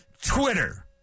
Twitter